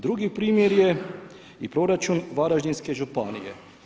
Drugi primjer je i proračun Varaždinske županije.